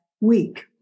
week